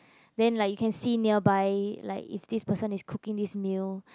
then like you can see nearby like if this person is cooking this meal